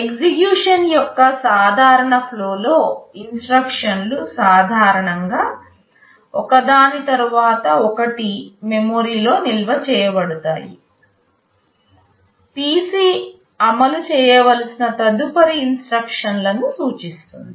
execution యొక్క సాధారణ flow లో ఇన్స్ట్రక్షన్లు సాధారణంగా ఒకదాని తరువాత ఒకటి మెమరీలో నిల్వ చేయబడతాయి PC అమలు చేయవలసిన తదుపరి ఇన్స్ట్రక్షన్లలను సూచిస్తుంది